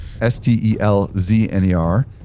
S-T-E-L-Z-N-E-R